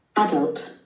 Adult